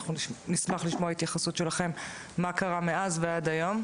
אנחנו נשמע לשמוע התייחסות שלכם מה קרה מאז ועד היום.